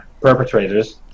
perpetrators